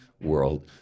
world